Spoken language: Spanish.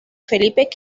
felipe